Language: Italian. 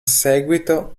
seguito